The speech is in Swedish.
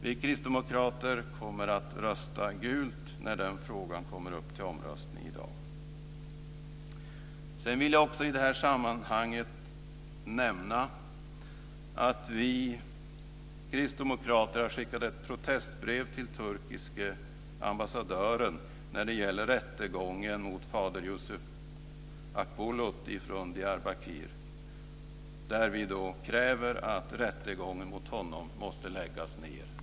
Vi kristdemokrater kommer att rösta "gult" när den frågan kommer upp till omröstning i dag. I det här sammanhanget vill jag också nämna att vi kristdemokrater har skickat ett protestbrev till den turkiske ambassadören när det gäller rättegången mot fader Yusuf Akbulut från Diyarbakir där vi kräver att rättegången mot honom måste läggas ned.